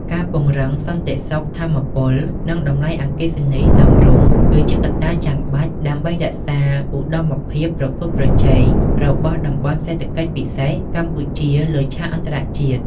ការពង្រឹង "សន្តិសុខថាមពល" និងតម្លៃអគ្គិសនីសមរម្យ គឺជាកត្តាចាំបាច់ដើម្បីរក្សាឧត្តមភាពប្រកួតប្រជែងរបស់ តំបន់សេដ្ឋកិច្ចពិសេស កម្ពុជាលើឆាកអន្តរជាតិ។